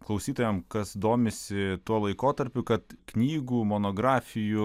klausytojam kas domisi tuo laikotarpiu kad knygų monografijų